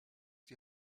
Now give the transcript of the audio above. die